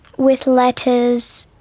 with letters,